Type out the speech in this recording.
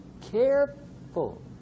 careful